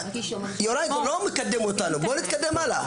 יוראי, זה לא מקדם אותנו, בואו נתקדם הלאה.